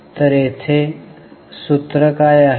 तर येथे सूत्र काय आहे